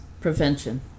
prevention